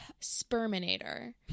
Sperminator